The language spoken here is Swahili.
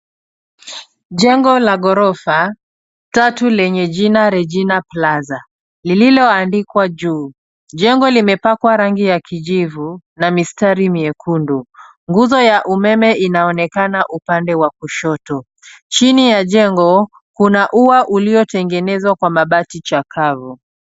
Jengo la ghorofa tatu lenye jina Regina plaza lililoandikwa juu. Jengo limeakwa rangi ya kijivu na mistari miekundu, nguzo ya umeme inaonekana upande wa kushoto. Chini ya jengo kuna ua uluotengenezwa kwa mabati chakavu.